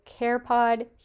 CarePod